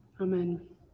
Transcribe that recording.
Amen